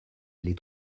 les